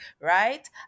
right